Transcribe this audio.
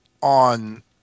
on